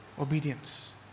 Obedience